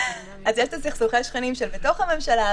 אז יש את סכסוכי השכנים בתוך הממשלה.